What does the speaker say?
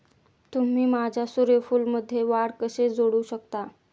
तुम्ही माझ्या सूर्यफूलमध्ये वाढ कसे जोडू शकता?